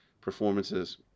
performances